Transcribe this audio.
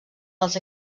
els